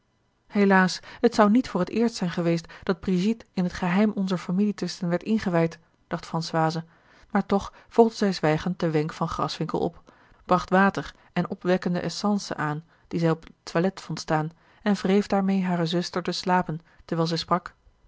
helaas het zou niet voor het eerst zijn geweest dat brigitte in t geheim onzer familietwisten werd ingewijd dacht françoise maar toch volgde zij zwijgend den wenk van graswinckel op bracht water en opwekkende essencen aan die zij op het toilet vond staan en wreef daarmeê hare zuster de slapen terwijl zij sprak